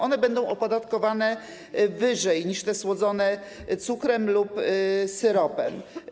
One będą opodatkowane wyżej niż te słodzone cukrem lub syropem.